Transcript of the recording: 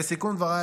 לסיכום דבריי,